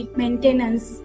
maintenance